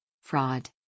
Fraud